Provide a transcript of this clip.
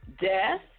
death